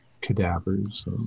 cadavers